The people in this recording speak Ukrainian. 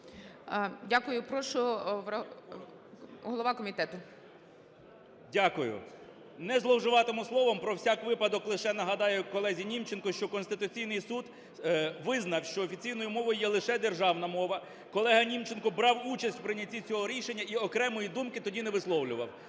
Дякую. Прошу, голова комітету. 10:40:02 КНЯЖИЦЬКИЙ М.Л. Дякую. Не зловживатиму словом, про всяк випадок лише нагадаю колезі Німченко, що Конституційний Суд визнав, що офіційною мовою є лише державна мова. Колега Німченко брав участь у прийнятті цього рішення і окремої думки тоді не висловлював.